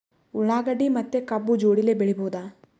ಉಳ್ಳಾಗಡ್ಡಿ ಮತ್ತೆ ಕಬ್ಬು ಜೋಡಿಲೆ ಬೆಳಿ ಬಹುದಾ?